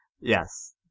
Yes